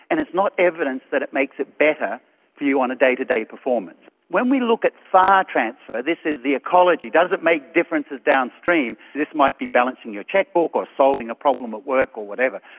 and it's not evidence that it makes it better for you on day-to-day performance. when we look at far transfer, this is the ecology, does it make differences downstream, this might be balancing your cheque-book or solving a problem at work or whatever,